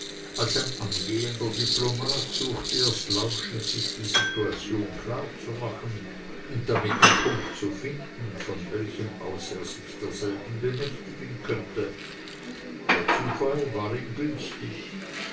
als angehender diplomat suchte erst lauschend sich die situation klar zumachen und dann den punkt zu finden von welchem aus er sich derselben bemächtigen könnte der zufall war ihm günstig